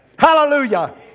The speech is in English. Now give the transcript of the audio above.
Hallelujah